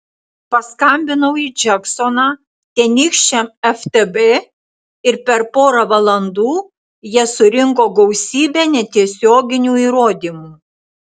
paskambinau į džeksoną tenykščiam ftb ir per porą valandų jie surinko gausybę netiesioginių įrodymų